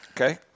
Okay